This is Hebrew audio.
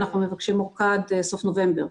אנחנו מבקשים אורכה עד סוף נובמבר.